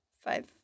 five